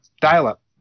dial-up